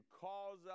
cause